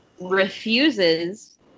refuses